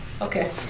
Okay